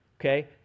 okay